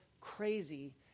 crazy